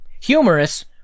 Humorous